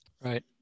right